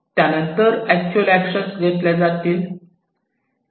त्यानंतर actual action घेतल्या जातील